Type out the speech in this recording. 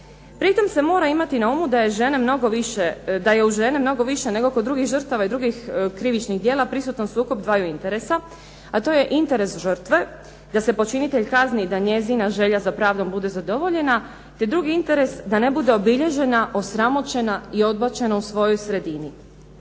Pritom se mora imati na umu da je u žena mnogo više nego kod drugih žrtava i drugih krivičnih djela prisutan sukob dvaju interesa, a to je interes žrtve da se počinitelj kazni, da njezina želja za pravdom bude zadovoljena, te drugi interes da ne bude obilježena, osramoćena i odbačena u svojoj sredini.